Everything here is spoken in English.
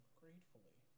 gratefully